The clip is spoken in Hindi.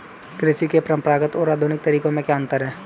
कृषि के परंपरागत और आधुनिक तरीकों में क्या अंतर है?